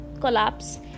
collapse